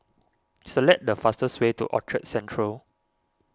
select the fastest way to Orchard Central